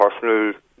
personal